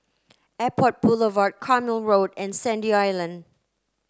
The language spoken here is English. Airport Boulevard Carpmael Road and Sandy Island